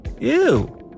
Ew